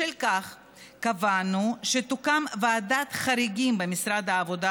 בשל כך קבענו שתוקם ועדת חריגים במשרד העבודה,